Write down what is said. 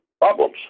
Problems